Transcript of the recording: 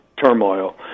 turmoil